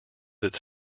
its